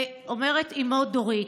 אומרת אימו דורית: